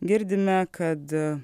girdime kad